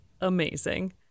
amazing